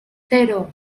zero